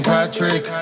Patrick